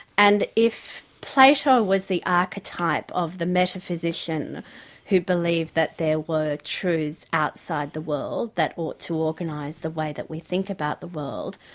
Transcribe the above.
and if plato was the archetype of the metaphysician who believed that there were truths outside the world that ought to organise the way that we think about the world,